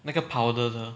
那个 powder 的